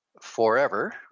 forever